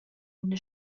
ina